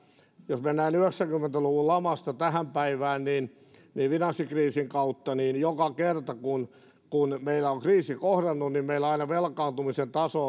jos mennään yhdeksänkymmentä luvun lamasta tähän päivään finanssikriisin kautta niin joka kerta kun kun meitä on kriisi kohdannut meillä aina velkaantumisen taso